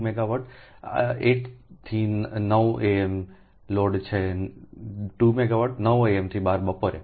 2 megawatt 8 થી 9 am load છે 2 megawatt 9 am થી 12 બપોરે